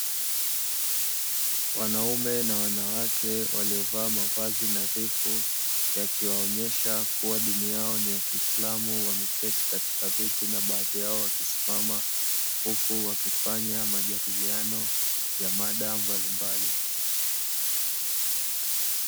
Wanaume na wanawake waliovaa mavazi nadhifu, yakiwaonyesha kuwa dini yao ni ya Kiislamu, wameketi katika viti na baadhi yao wakisimama, huku wakifanya majadiliano ya mada mbalimbali.